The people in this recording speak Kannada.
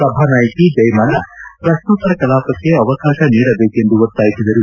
ಸಭಾನಾಯಕಿ ಜಯಮಾಲ ಪ್ರಶ್ನೋತ್ತರ ಕಲಾಪಕ್ಕೆ ಅವಕಾಶ ನೀಡಬೇಕೆಂದು ಒತ್ತಾಯಿಸಿದರು